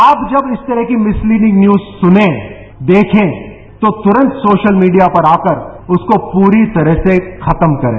आप जब इस तरह की मिस्लीडिंग न्यूज सुने देखे तो तुरन्त सोशल मीडिया पर आकर उसको प्ररी तरह से खत्म करें